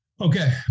Okay